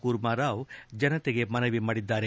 ಕೂರ್ಮರಾವ್ ಜನತೆಗೆ ಮನವಿ ಮಾಡಿದ್ದಾರೆ